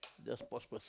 just pause first